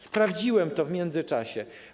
Sprawdziłem to w międzyczasie.